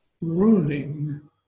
ruling